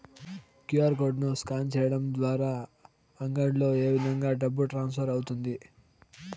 QR code ను scan సేయడం ద్వారా అంగడ్లలో ఏ విధంగా డబ్బు ట్రాన్స్ఫర్ అవుతుంది